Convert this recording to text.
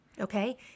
Okay